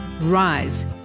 rise